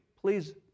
Please